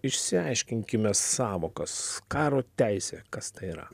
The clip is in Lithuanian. išsiaiškinkime sąvokas karo teisė kas tai yra